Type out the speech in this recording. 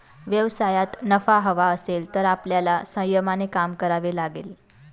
व्यवसायात नफा हवा असेल तर आपल्याला संयमाने काम करावे लागेल